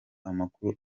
amakuru